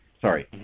Sorry